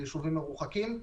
ביישובים מרוחקים.